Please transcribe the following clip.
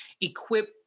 equip